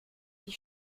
die